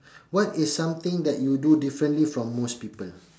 what is something that you do differently from most people